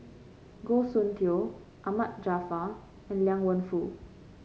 Goh Soon Tioe Ahmad Jaafar and Liang Wenfu